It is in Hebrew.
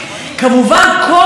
את הבייבי של ראש הממשלה,